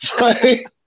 right